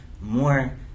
more